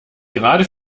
gerade